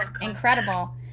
incredible